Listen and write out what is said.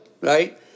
right